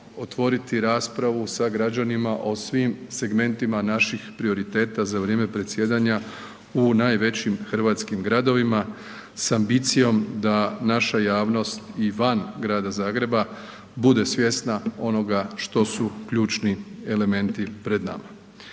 otvoriti raspravu sa građanima o svim segmentima naših prioriteta za vrijeme predsjedanja u najvećim hrvatskim gradovima s ambicijom da naša javnost i van Grada Zagreba bude svjesna onoga što su ključni elementi pred nama.